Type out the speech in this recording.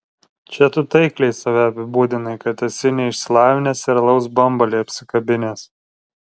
čia tu taikliai save apibūdinai kad esi neišsilavinęs ir alaus bambalį apsikabinęs